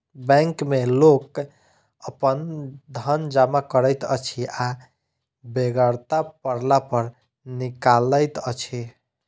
bank मे लोक अपन धन जमा करैत अछि आ बेगरता पड़ला पर निकालैत अछि